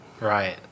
Right